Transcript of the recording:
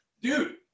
Dude